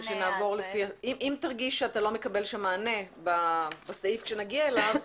אם תרגיש שאתה לא מקבל מענה בסעיף כשנגיע אליו,